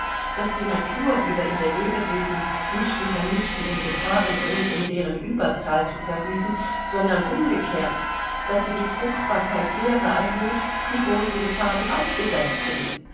daß die natur über ihre lebewesen nicht die vernichtenden gefahren bringt um deren überzahl zu verhüten sondern umgekehrt daß sie die fruchtbarkeit derer erhöht die großen gefahren ausgesetzt sind